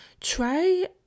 try